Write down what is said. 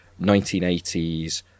1980s